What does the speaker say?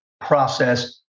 process